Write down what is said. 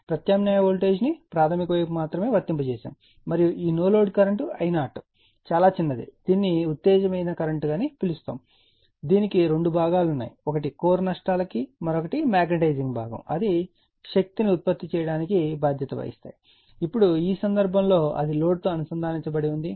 ప్రత్యామ్నాయ వోల్టేజ్ ను ప్రాధమిక వైపు మాత్రమే వర్తింప చేసాము మరియు ఈ నో లోడ్ కరెంట్ I0 అని పిలవబడేది చాలా చిన్నది దీనిని ఉత్తేజకరమైన కరెంట్ అని పిలుస్తారు దీనికి రెండు భాగాలు ఉన్నాయి ఒకటి కోర్ నష్టాలకు మరొకటి మాగ్నెటైజింగ్ భాగం అది శక్తి ని ఉత్పత్తి చేయడానికి బాధ్యత వహిస్తాయి ఇప్పుడు ఈ సందర్భంలో అది లోడ్తో అనుసంధానించబడి ఉంది